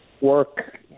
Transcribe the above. work